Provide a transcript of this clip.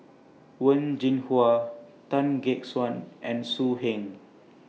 Wen Jinhua Tan Gek Suan and So Heng